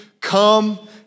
Come